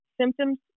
symptoms